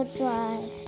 drive